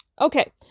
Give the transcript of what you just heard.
Okay